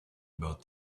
about